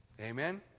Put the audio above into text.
Amen